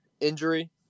injury